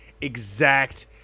exact